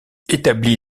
établi